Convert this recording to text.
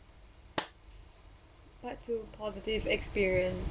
what's your positive experience